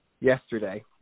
yesterday